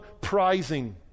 prizing